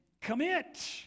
commit